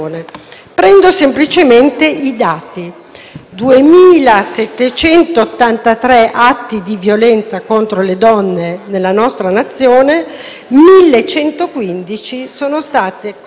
2.783 atti di violenza contro le donne nella nostra nazione, 1.115 sono stati commessi da chi italiano non è.